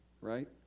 right